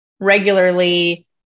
regularly